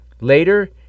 Later